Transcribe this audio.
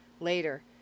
later